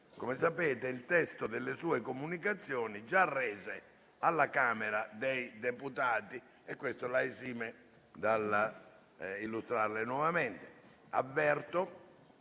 consegnato il testo delle sue comunicazioni, che ha già reso alla Camera dei deputati, e questo la esime dall'illustrarle nuovamente. Avverto